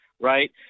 right